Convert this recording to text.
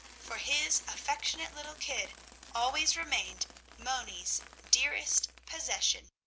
for his affectionate little kid always remained moni's dearest possession.